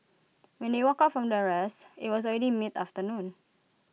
when they woke up from their rest IT was already mid afternoon